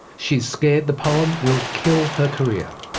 she's scared the poem will kill her career.